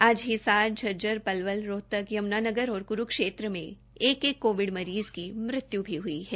आज हिसार झज्जर पलवल रोहतक यम्नानगर और क्रूक्षेत्र में एक एक कोविड मरीज़ की मृत्यु भी हुई है